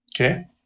Okay